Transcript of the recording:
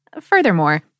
Furthermore